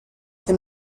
che